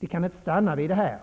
dock inte stanna vi detta.